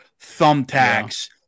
thumbtacks